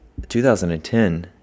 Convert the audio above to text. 2010